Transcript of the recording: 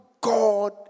God